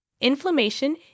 Inflammation